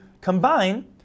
combine